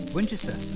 Winchester